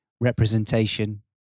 representation